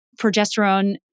progesterone